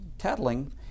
Tattling